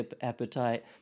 appetite